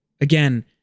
Again